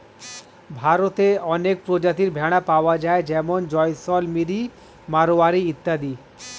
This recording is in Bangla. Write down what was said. ভারতে অনেক প্রজাতির ভেড়া পাওয়া যায় যেমন জয়সলমিরি, মারোয়ারি ইত্যাদি